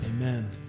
amen